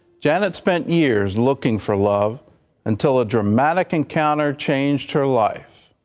janet spent years looking for love until a dramatic encounter changed her life.